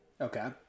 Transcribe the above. Okay